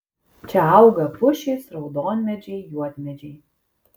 čia auga pušys raudonmedžiai juodmedžiai